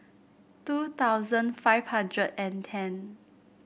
two thousand five hundred and ten